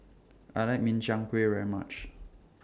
I like Min Chiang Kueh very much